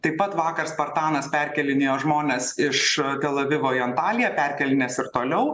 taip pat vakar spartanas perkėlinėjo žmones iš tel avivo į antaliją perkėlinės ir toliau